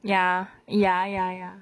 ya ya ya ya